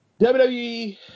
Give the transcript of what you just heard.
wwe